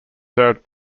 served